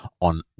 on-